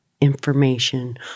information